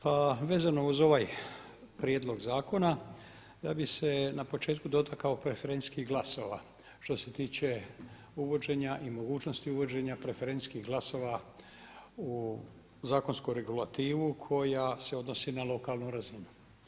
Pa vezano uz ovaj prijedlog zakona ja bih se na početku dotakao preferencijskih glasova što se tiče uvođenja i mogućnosti uvođenja preferencijskih glasova u zakonsku regulativu koja se odnosi na lokalnu razinu.